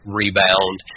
rebound